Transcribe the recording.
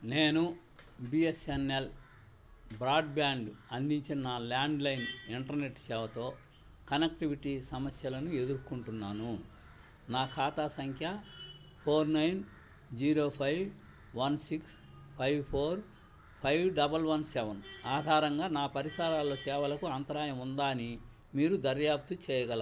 నేను BSNL broadband అందించిన నా ల్యాండ్లైన్ ఇంటర్నెట్ సేవతో కనెక్టివిటీ సమస్యలను ఎదుర్కొంటున్నాను నా ఖాతా సంఖ్య four nine zero five one six five four five double one seven ఆధారంగా నా పరిసరాల్లో సేవలకు అంతరాయం ఉందా అని మీరు దర్యాప్తు చేయగలరా